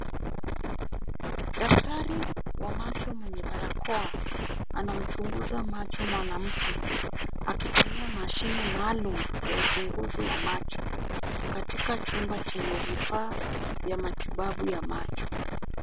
Daktari wa macho mwenye barakoa, anamchunguza macho mwanamke. Akitumia mashine maalum ya uchunguzi wa macho katika chumba chenye vifaa vya matibabu ya macho.